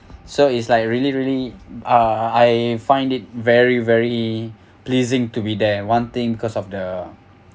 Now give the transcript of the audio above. so is like really really uh I find it very very pleasing to be there one thing because of the